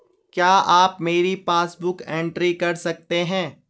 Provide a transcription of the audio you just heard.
क्या आप मेरी पासबुक बुक एंट्री कर सकते हैं?